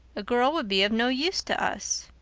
a girl would be of no use to us.